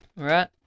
Right